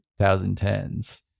2010s